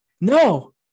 no